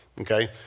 Okay